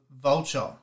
vulture